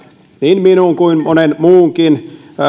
niin minun kuin monen muunkin